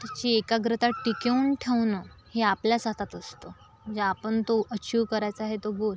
त्याची एकाग्रता टिकवून ठेवणं हे आपल्याच हातात असतं म्हणजे आपण तो अचीव्ह करायचा आहे तो गोल